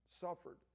suffered